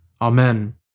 Amen